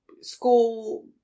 school